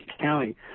county